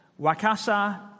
Wakasa